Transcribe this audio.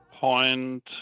point